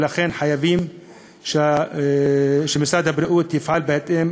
ולכן חייבים שמשרד הבריאות יפעל בהתאם